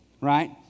right